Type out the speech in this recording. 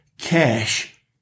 cash